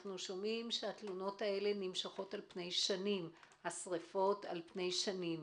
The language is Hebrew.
אנו שומעים, שהתלונות האלה נמשכות על פני שנים